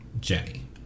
Jenny